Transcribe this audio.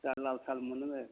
जा लाल साहा मोनलोङो